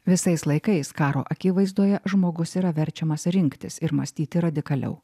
visais laikais karo akivaizdoje žmogus yra verčiamas rinktis ir mąstyti radikaliau